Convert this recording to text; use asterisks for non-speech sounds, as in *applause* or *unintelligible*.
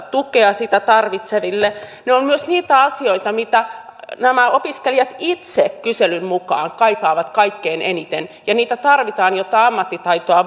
*unintelligible* tukea sitä tarvitseville ne ovat myös niitä asioita mitä opiskelijat itse kyselyn mukaan kaipaavat kaikkein eniten ja niitä tarvitaan jotta ammattitaitoa *unintelligible*